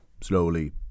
slowly